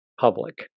public